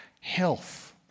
Health